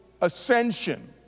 ascension